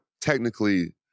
technically